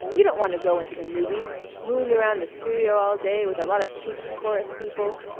you don't want to go into the movies moon around a studio all day with a lot of cheap chorus people.